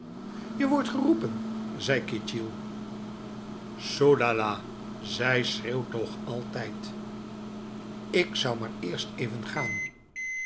je wordt geroepen zei ketjil soedahlah zij schreeuwt toch altijd ik zou maar eerst even gaanf